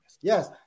Yes